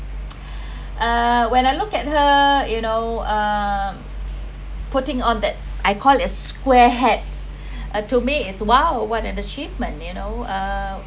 uh when I look at her you know uh putting on that I call as square hat uh to me !wow! what are the achievement you know uh